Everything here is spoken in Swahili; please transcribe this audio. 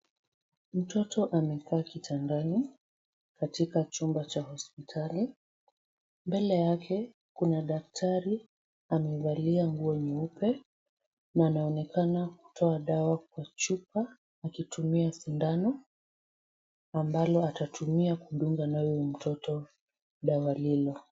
Mtoto amekaa kitandani katika chumba cha hospitali. Mbele yake kuna daktari, amevalia nguo nyeupe na anaonekana kutoa dawa kwa chupa akitumia sindano, ambalo atatumia kudunga nayo mtoto dawa lilo.